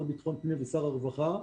לשר לביטחון פנים ולשר הרווחה,